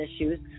issues